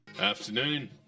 Afternoon